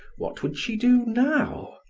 what would she do now?